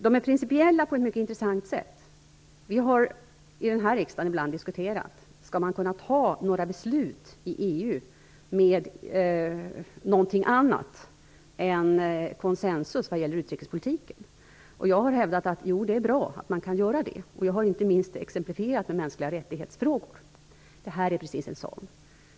Vi har här i riksdagen ibland diskuterat om huruvida man skall kunna fatta några andra beslut i EU än konsensus vad gäller utrikespolitiken. Jag har hävdat att det är bra att man kan göra det och har inte minst exemplifierat med MR-frågor. Detta är precis en sådan.